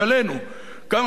כמה מן החפצים שלנו,